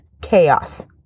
chaos